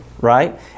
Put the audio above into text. right